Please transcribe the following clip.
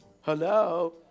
Hello